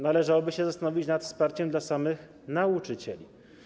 Należałoby się zastanowić nad wsparciem dla samych nauczycieli.